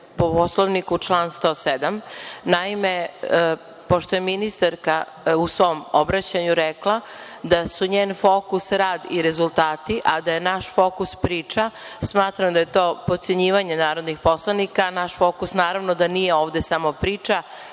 Poslovniku, član 107. Naime, pošto je ministarka u svom obraćanju rekla da su njen fokus rad i rezultati, a da je naš fokus priča, smatram da je to potcenjivanje narodnih poslanika. Naš fokus naravno da nije ovde samo priča,